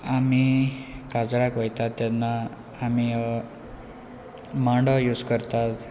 आमी काजाराक वतात तेन्ना आमी मांडो यूज करतात